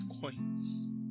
coins